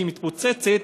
כשהיא מתפוצצת,